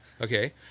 Okay